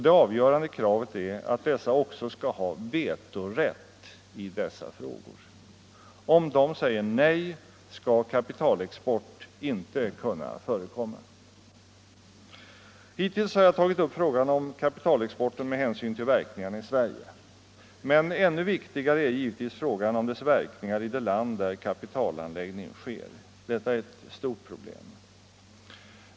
Det avgörande kravet är att dessa också skall ha vetorätt i dessa frågor. Om de säger nej skall kapitalexport inte kunna förekomma. Hittills har jag tagit upp frågan om kapitalexporten med hänsyn till verkningarna i Sverige. Men ännu viktigare är givetvis frågan om dess verkningar i det land där kapitalanläggningen sker. Detta är ett stort problem.